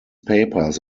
papers